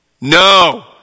no